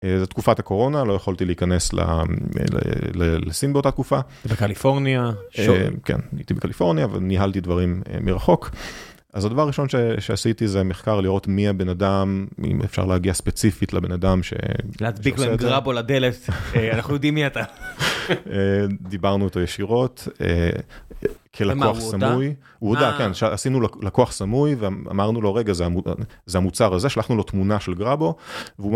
זו תקופת הקורונה, לא יכולתי להיכנס לסין באותה תקופה. בקליפורניה? כן, הייתי בקליפורניה, אבל ניהלתי דברים מרחוק. אז הדבר הראשון שעשיתי זה מחקר לראות מי הבן אדם, אם אפשר להגיע ספציפית לבן אדם ש... להדביק לו עם גרבו לדלת, אנחנו יודעים מי אתה. דיברנו איתו ישירות, כלקוח סמוי. מה, הוא הודה?, הוא הודה, כן, עשינו לקוח סמוי ואמרנו לו, רגע, זה המוצר הזה, שלחנו לו תמונה של גרבו,